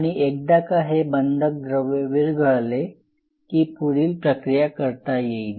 आणि एकदा का हे बंधक द्रव्य विरघळले की पुढील प्रक्रिया करता येईल